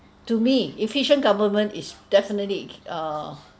to me efficient government is definitely err